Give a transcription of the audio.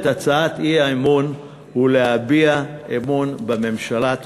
הצעות האי-אמון ולהביע אמון בממשלה.